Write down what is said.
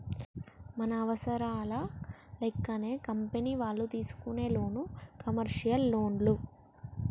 మన అవసరాల లెక్కనే కంపెనీ వాళ్ళు తీసుకునే లోను కమర్షియల్ లోన్లు